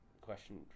Question